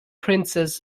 princess